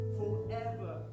forever